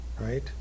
right